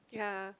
ya